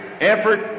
effort